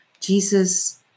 Jesus